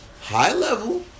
high-level